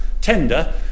tender